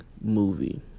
movie